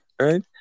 Right